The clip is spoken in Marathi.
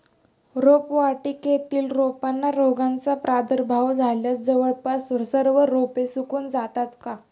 रोपवाटिकेतील रोपांना रोगाचा प्रादुर्भाव झाल्यास जवळपास सर्व रोपे सुकून जातात का?